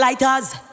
lighters